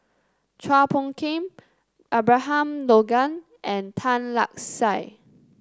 Chua Phung Kim Abraham Logan and Tan Lark Sye